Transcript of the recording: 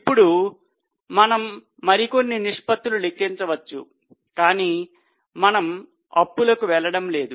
ఇప్పుడు మనము మరికొన్ని నిష్పత్తులు లెక్కించవచ్చు కానీ మనము అప్పులకు వెళ్లడం లేదు